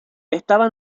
estaba